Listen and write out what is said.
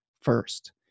first